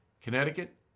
Connecticut